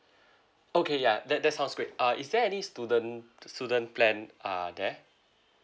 okay ya that that sounds great uh is there any student student plan uh there